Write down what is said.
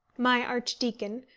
my archdeacon,